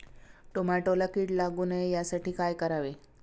टोमॅटोला कीड लागू नये यासाठी काय करावे?